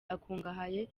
akungahaye